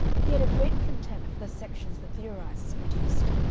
he had a great contempt for the sections the theorizers produced.